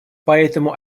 поэтому